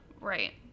Right